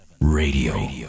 radio